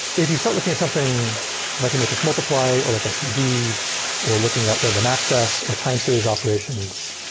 if you start looking at something like a matrix multiply or like svd or looking at random-access or time series operations,